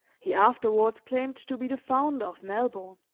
he afterwards claimed to be the founder of melbourne.